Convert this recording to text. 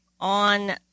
on